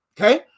Okay